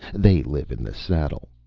they live in the saddle.